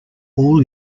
all